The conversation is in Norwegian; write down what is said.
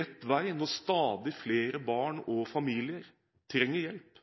rett vei når stadig flere barn og familier trenger hjelp.